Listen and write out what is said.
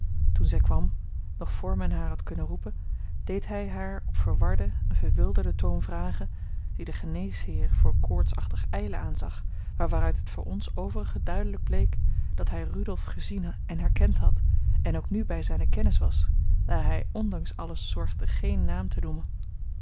toen zij kwam nog voor men haar had kunnen roepen deed hij haar op verwarden en verwilderden toon vragen die de geneesheer voor koortsachtig ijlen aanzag maar waaruit het voor ons overigen duidelijk bleek dat hij rudolf gezien en herkend had en ook nu bij zijne kennis was daar hij ondanks alles zorgde geen naam te noemen